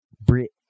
Brit